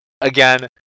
again